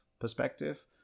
perspective